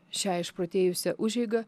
šią išprotėjusią užeigą